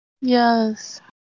Yes